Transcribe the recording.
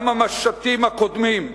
גם המשטים הקודמים,